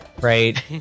right